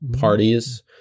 parties